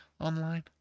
online